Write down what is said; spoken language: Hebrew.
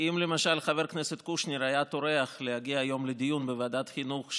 כי אם למשל חבר הכנסת קושניר היה טורח להגיע היום לדיון בוועדת חינוך,